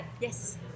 Yes